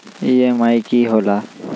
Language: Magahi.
ई.एम.आई की होला?